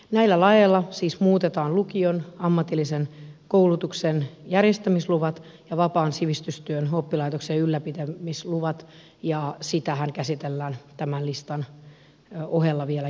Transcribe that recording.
näillä laeilla siis muutetaan lukion ja ammatillisen koulutuksen järjestämisluvat ja vapaan sivistystyön oppilaitoksen ylläpitämisluvat ja sitähän käsitellään tämän listan ohella vielä jatkossa